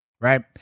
right